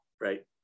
right